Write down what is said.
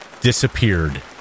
disappeared